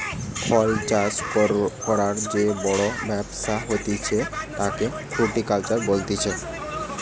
ফল চাষ করবার যে বড় ব্যবসা হতিছে তাকে ফ্রুটিকালচার বলতিছে